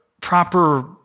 proper